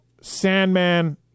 Sandman